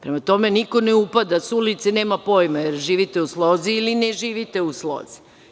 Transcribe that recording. Prema tome, niko ne upada sa ulice, nema pojma jer živite u slozi ili ne živite u slozi.